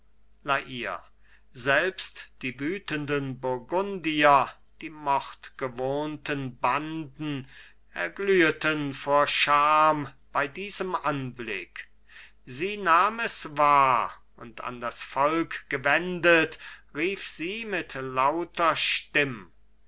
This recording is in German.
selbst die wütenden burgundier die mordgewohnten banden erglüheten vor scham bei diesem anblick sie nahm es wahr und an das volk gewendet rief sie mit lauter stimm